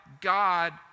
God